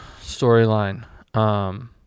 storyline